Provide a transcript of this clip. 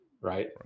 Right